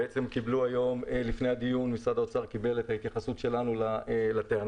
היום לפני הדיון משרד האוצר קיבל את ההתייחסות שלנו לטענות,